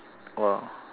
!wow!